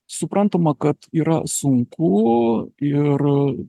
suprantama kad yra sunku ir